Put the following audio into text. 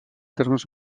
termes